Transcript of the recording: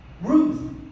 Ruth